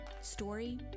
story